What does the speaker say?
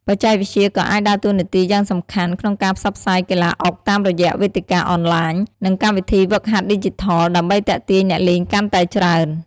បច្ចេកវិទ្យាក៏អាចដើរតួនាទីយ៉ាងសំខាន់ក្នុងការផ្សព្វផ្សាយកីឡាអុកតាមរយៈវេទិកាអនឡាញ និងកម្មវិធីហ្វឹកហាត់ឌីជីថល ដើម្បីទាក់ទាញអ្នកលេងកាន់តែច្រើន។